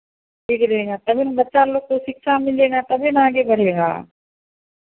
ठीक रहेगा तभी ना बच्चा लोग को शिक्षा मिलेगा तभी ना आगे बढ़ेगा